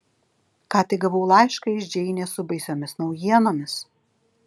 ką tik gavau laišką iš džeinės su baisiomis naujienomis